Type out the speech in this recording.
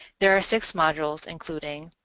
there are six modules, including,